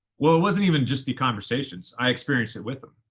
well, it wasn't even just the conversations. i experienced it with them.